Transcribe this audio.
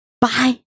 Bye